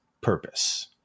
purpose